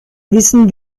wissen